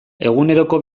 eguneroko